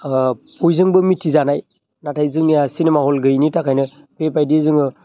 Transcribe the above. ओ बयजोंबो मिथिजानाय नाथाय जोंनिया सिनेमा हल गैयैनि थाखायनो बेबायदि जोङो